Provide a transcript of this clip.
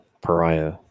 pariah